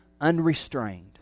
unrestrained